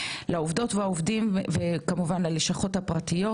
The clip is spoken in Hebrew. לעובדות ולעובדים וכמובן ללשכות הפרטיות,